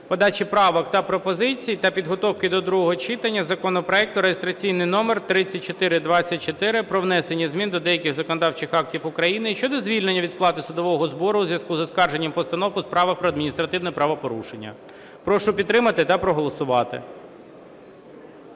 подачі правок та пропозицій та підготовки до другого читання законопроект (реєстраційний номер 3424) про внесення змін до деяких законодавчих актів України щодо звільнення від сплати судового збору у зв'язку з оскарженням постанов у справах про адміністративні правопорушення. Прошу підтримати та проголосувати.